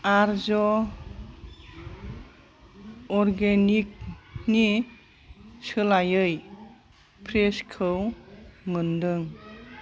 आर्य अर्गेनिकनि सोलायै फ्रेशखौ मोन्दों